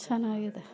ಚೆನ್ನಾಗಿದೆ